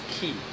key